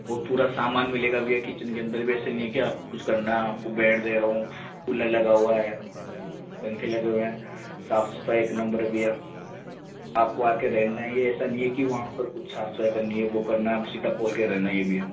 वो पूरा सामान मिलेगा भैया किचन के अंदर भी ऐसे नहीं है कि आप कुछ करना है आपको बेड दे रहा हूँ कूलर लगा हुआ है पंखे लगे हुए हैं साफ सफाई एक नंबर है भैया आपको आके रहना है ये ऐसा नहीं है कि वहाँ पर कुछ करनी है वो करना है आप सीधा खोल के रहना ही भैया